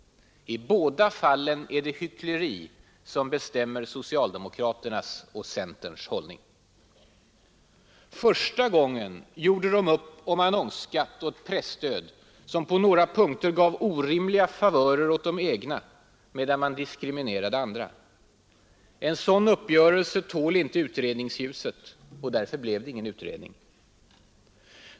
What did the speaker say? I båda fallen är det hyckleri som bestämmer socialdemokraternas och centerns hållning. Första gången gjorde de upp om annonsskatt och ett presstöd som på några punkter gav orimliga favörer åt de egna medan man diskriminerade andra, En sådan uppgörelse tål inte utredningsljuset, och därför blev det ingen utredning.